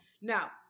Now